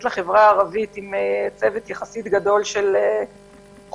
לחברה הערבית עם צוות יחסית גדול של חוקרים.